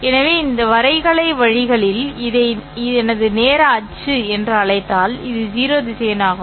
எனவே வரைகலை வழிகளில் இதை எனது நேர அச்சு என்று அழைத்தால் இது 0 திசையன் ஆகும்